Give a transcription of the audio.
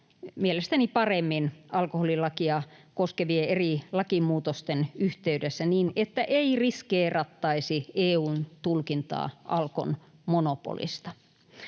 mielestäni paremmin alkoholilakia koskevien eri lakimuutosten yhteydessä, niin että ei riskeerattaisi EU:n tulkintaa Alkon monopolista.